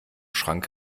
schrank